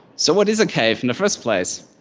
so what is a cave in the first place?